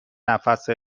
نفس